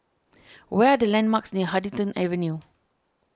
what are the landmarks near Huddington Avenue